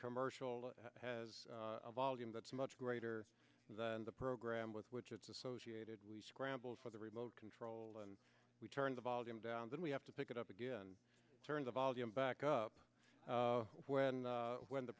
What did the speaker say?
commercial has a volume that's much greater than the program with which it's associated we scramble for the remote control and we turn the volume down then we have to pick it up again and turn the volume back up when when the